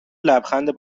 لبخند